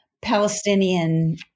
Palestinian